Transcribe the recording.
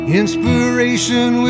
inspiration